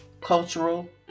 cultural